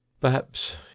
Perhaps